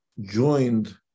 joined